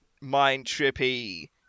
mind-trippy